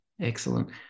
Excellent